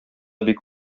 бик